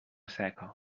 seca